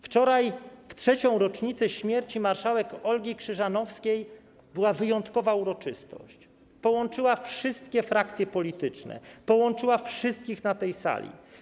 Wczoraj, w 3. rocznicę śmierci marszałek Olgi Krzyżanowskiej była wyjątkowa uroczystość, która połączyła wszystkie frakcje polityczne, połączyła wszystkich na tej sali.